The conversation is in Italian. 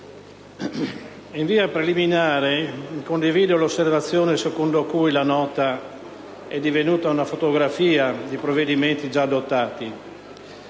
in via preliminare condivido l'osservazione secondo la quale la Nota è divenuta una fotografia di provvedimenti già adottati.